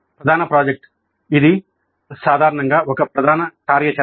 ప్రధాన ప్రాజెక్ట్ ఇది సాధారణంగా ఒక ప్రధాన కార్యాచరణ